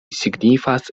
signifas